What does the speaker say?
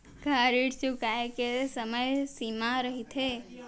का ऋण चुकोय के समय सीमा रहिथे?